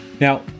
Now